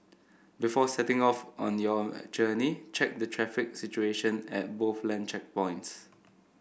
before setting off on your journey check the traffic situation at both land checkpoints